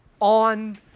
on